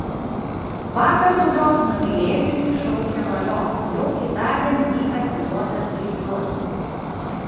vakar tautos numylėtiniui šaukę valio jau kitądien jį atiduoda giljotinai